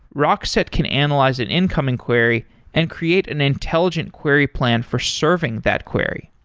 rockset can analyze an incoming query and create an intelligent query plan for serving that query.